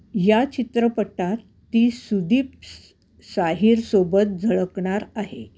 या चित्रपटात ती सुदीप साहिरसोबत झळकणार आहे